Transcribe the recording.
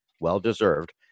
well-deserved